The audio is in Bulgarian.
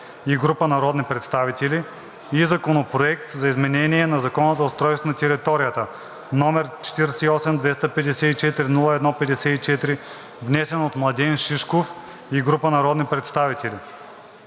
и група народни представители и Законопроект за изменение на Закона за устройство на територията, № 48-254-01-54, внесен от Младен Шишков и група народни представители